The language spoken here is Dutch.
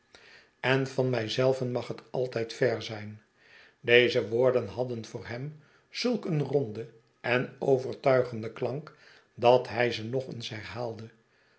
en van mij zelven mag het altijd ver zijnl deze woorden hadden voor hem zulk een ronden en overtuigenden klank dat hij ze nog eens herhaalde